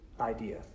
idea